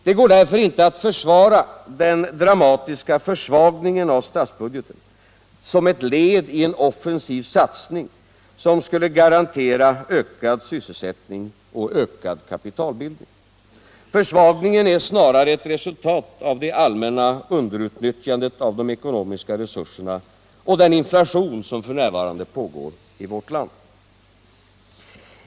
Det går därför inte att försvara den dramatiska försvagningen av statsbudgeten som ett led i en offensiv satsning som skulle garantera ökad sysselsättning och ökad kapitalbildning. Försvagningen är snarare ett resultat av det allmänna underutnyttjandet av de ekonomiska resurserna och den inflation som f. n. pågår i vårt land.